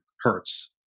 Hertz